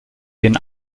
den